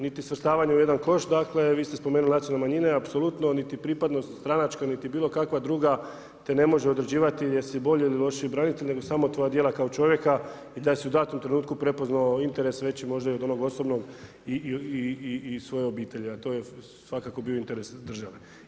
Niti svrstavanje u jedan koš, dakle, vi ste spomenuli nacionalne manjine, apsolutno, niti pripadnost stranačka, niti bilo kakva druga te ne može određivati, jel si bolji ili lošiji branitelj, nego samo tvoja dijela kao čovjeka i da si u datom trenutku prepoznao interes veći možda i od onog osobnog i svoje obitelji, a to je svakako bio interes države.